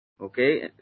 okay